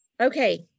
Okay